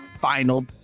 final